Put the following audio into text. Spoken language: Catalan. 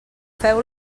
feu